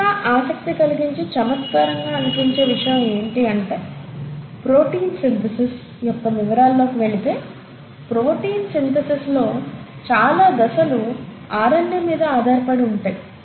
ఇంకా ఆసక్తి కలిగించి చమత్కారంగా అనిపించే విషయం ఏంటి అంటే ప్రోటీన్ సింథసిస్ యొక్క వివరాల్లోకి వెళితే ప్రోటీన్ సింథసిస్ లో చాలా దశలు ఆర్ఎన్ఏ మీద ఆధారపడి ఉంటాయి